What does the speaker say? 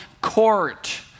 court